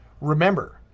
remember